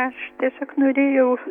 aš tiesiog norėjau